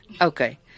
Okay